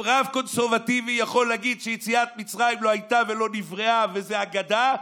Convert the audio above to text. אם רב קונסרבטיבי יכול להגיד שיציאת מצרים לא הייתה ולא נבראה וזו אגדה,